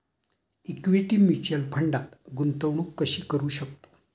Equity mutual फंडात गुंतवणूक कशी करू शकतो?